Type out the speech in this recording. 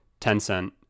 Tencent